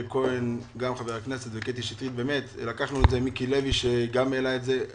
כהן וקטי שטרית העלו את הנושאים לדיון מהיר.